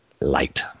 Light